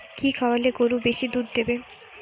কি খাওয়ালে গরু বেশি দুধ দেবে?